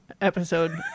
episode